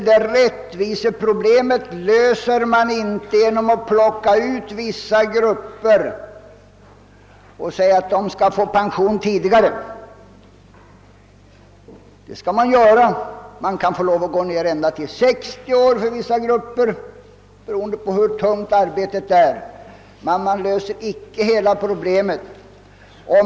Det rättviseproblemet löser man inte genom att plocka ut vissa grupper och säga alt de skall få pension tidigare. För vissa grupper, som har särskilt tungt arbete, kan man gå ned ända till 60 år, men därmed löser man icke hela problemet.